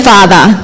Father